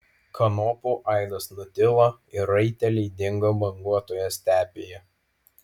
kanopų aidas nutilo ir raiteliai dingo banguotoje stepėje